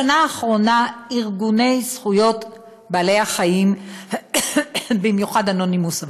בשנה האחרונה ארגוני זכויות בעלי-החיים במיוחד "אנונימוס",